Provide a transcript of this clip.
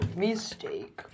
mistake